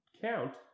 count